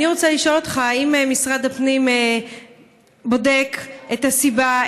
אני רוצה לשאול אותך: האם משרד הפנים בודק את הסיבה,